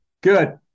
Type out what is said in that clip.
Good